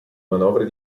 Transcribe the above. manovre